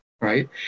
right